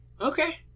Okay